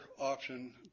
option